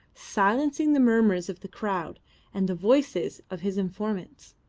silencing the murmurs of the crowd and the voices of his informants.